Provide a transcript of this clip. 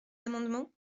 amendements